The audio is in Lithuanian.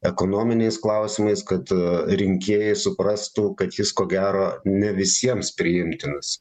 ekonominiais klausimais kad rinkėjai suprastų kad jis ko gero ne visiems priimtinas